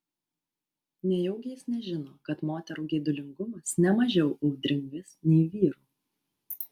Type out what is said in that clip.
nejaugi jis nežino kad moterų geidulingumas ne mažiau audringas nei vyrų